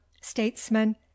statesman